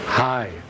Hi